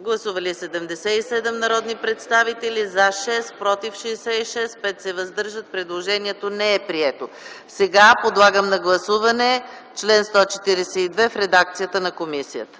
Гласували 77 народни представители: за 6, против 66, въздържали се 5. Предложението не е прието. Подлагам на гласуване чл. 142 в редакцията на комисията.